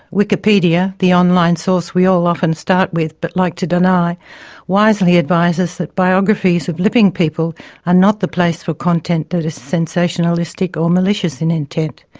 wikipedia the online source we all often start with but like to deny wisely advises that biographies of living people are not the place for content that is sensationalistic or malicious in intent.